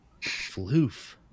Floof